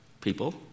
people